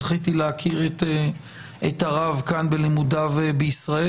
זכיתי להכיר את הרב כאן בלימודיו בישראל.